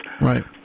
Right